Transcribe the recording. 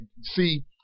see